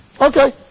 Okay